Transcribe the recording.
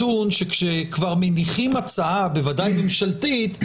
זה שכשכבר מניחים הצעה, בוודאי ממשלתית,